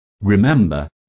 Remember